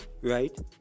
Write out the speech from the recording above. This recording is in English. right